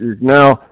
now